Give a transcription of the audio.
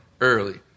early